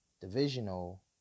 divisional